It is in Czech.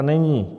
Není.